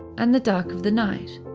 and the dark of the night